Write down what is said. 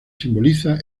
simboliza